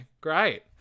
great